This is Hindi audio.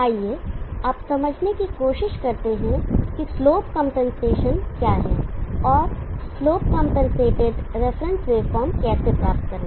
आइए अब समझने की कोशिश करते हैं कि स्लोप कंपनसेशन क्या है और स्लोप कंपनसेटेड रेफरेंस वेवफॉर्म कैसे प्राप्त करें